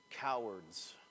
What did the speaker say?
cowards